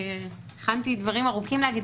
הכנתי דברים ארוכים להגיד,